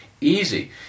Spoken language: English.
Easy